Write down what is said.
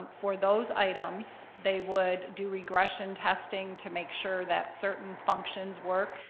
for those items they would do regression testing to make sure that certain functions work.